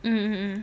mm